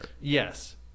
Yes